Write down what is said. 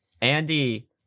Andy